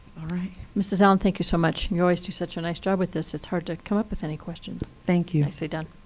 all right. mrs. allen, thank you so much. you always do such a nice job with this, it's hard to come up with any questions. thank you. nicely done.